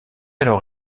alors